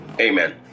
Amen